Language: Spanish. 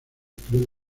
club